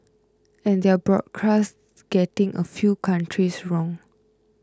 and their broadcast getting a few countries wrong